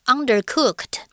Undercooked